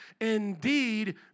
Indeed